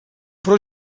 però